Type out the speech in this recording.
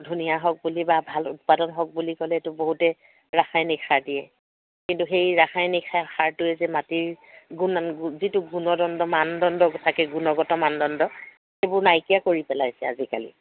ধুনীয়া হওক বুলি বা ভাল উৎপাদন হওক বুলি ক'লেতো বহুতে ৰাসায়নিক সাৰ দিয়ে কিন্তু সেই ৰাসায়নিক সাৰ সাৰটোৱে যে মাটিৰ গুণন গুণ যিটো গুণদণ্ড মানদণ্ড থাকে গুণগত মানদণ্ড সেইবোৰ নাইকিয়া কৰি পেলাইছে আজিকালি